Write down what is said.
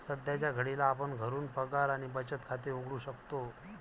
सध्याच्या घडीला आपण घरून पगार आणि बचत खाते उघडू शकतो